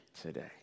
today